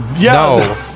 No